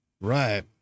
Right